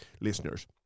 listeners